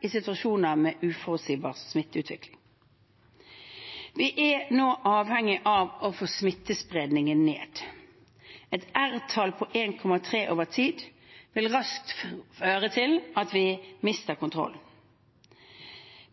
i situasjoner med mer uforutsigbar smitteutvikling. Vi er nå avhengige av å få smittespredningen ned. Et R-tall på 1,3 over tid vil raskt føre til at vi mister kontrollen.